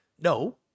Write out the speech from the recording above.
no